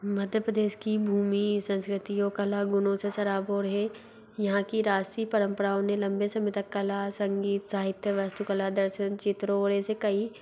मध्य प्रदेश की भूमि संस्कृतियों कला गुणों से सराबोर है यहाँ की राष्ट्रीय परंपराओं ने लंबे समय तक कला संगीत साहित्य वास्तुकला दर्शन चित्र और ऐसे कई